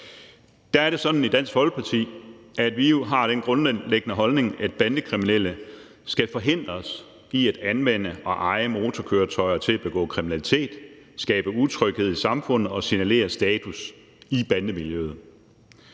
Der er det sådan i Dansk Folkeparti, at vi har den grundlæggende holdning, at bandekriminelle skal forhindres i at anvende og eje motorkøretøjer til at begå kriminalitet, skabe utryghed i samfundet og signalere status i bandemiljøet.